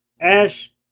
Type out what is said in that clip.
Ash